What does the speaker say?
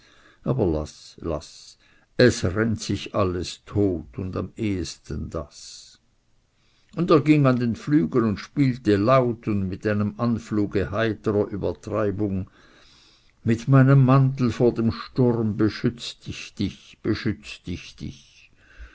aber laß laß es rennt sich alles tot und am ehesten das und er ging an den flügel und spielte laut und mit einem anfluge heiterer übertreibung mit meinem mantel vor dem sturm beschützt ich dich beschützt ich dich